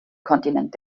kontinent